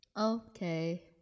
okay